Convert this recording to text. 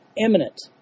imminent